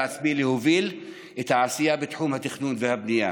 עצמי להוביל את העשייה בתחום התכנון והבנייה.